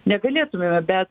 negalėtumėme bet